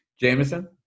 Jameson